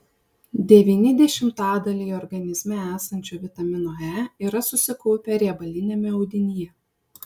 devyni dešimtadaliai organizme esančio vitamino e yra susikaupę riebaliniame audinyje